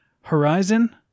Horizon